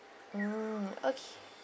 mm okay